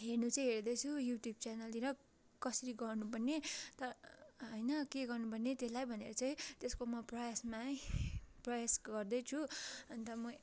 हेर्नु चाहिँ हेर्दैछु युट्युब च्यानलतिर कसरी गर्नुपर्ने त होइन के गर्नुपर्ने त्यसलाई भनेर चाहिँ त्यसको म प्रयासमा प्रयास गर्दैछु अन्त म